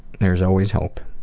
there's always hope.